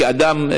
כאדם,